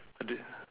I did